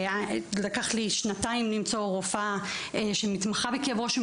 לקח לי שנתיים למצוא רופאה שמתמחה בכאבי ראש שהם